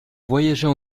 voyager